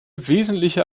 wesentliche